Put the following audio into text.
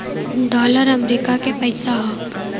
dollar America के पइसा हौ